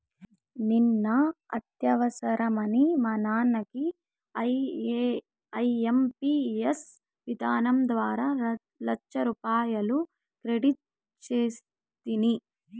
నిన్న అత్యవసరమని మా నాన్నకి ఐఎంపియస్ విధానం ద్వారా లచ్చరూపాయలు క్రెడిట్ సేస్తిని